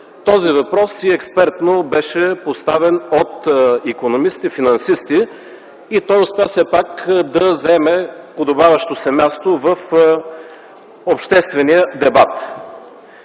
този въпрос и експертно беше поставен от икономисти, финансисти и той успя все пак да заеме подобаващото му се място в обществения дебат.